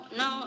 no